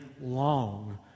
long